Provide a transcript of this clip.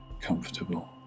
comfortable